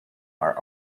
are